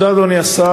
תודה, אדוני השר.